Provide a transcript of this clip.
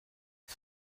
ist